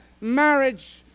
marriage